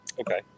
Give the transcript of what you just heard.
Okay